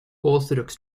orthodox